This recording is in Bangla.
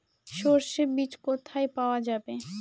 সর্ষে বিজ কোথায় পাওয়া যাবে?